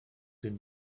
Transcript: den